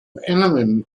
eminem